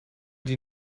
die